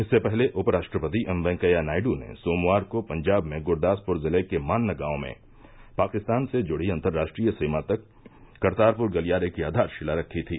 इससे पहले उपराष्ट्रपति एम र्वेकैया नायडू ने सोमवार को पंजाब में गुरदासपुर जिले के मान्न गांव में पाकिस्तान से जुड़ी अंतर्राष्ट्रीय सीमा तक कर्तारपुर गलियारे की आघारशिला रखी थी